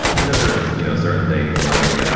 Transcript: and then there are you know certain things, like